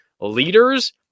leaders